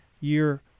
year